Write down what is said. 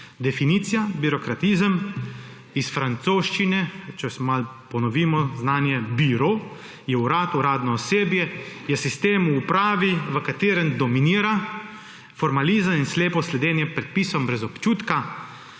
Definicija birokratizem je iz francoščine. Če malo ponovimo znanje; biro je urad, uradno osebje, je sistem v upravi, v katerem dominira formalizem in slepo sledenje predpisom brez občutka